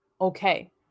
okay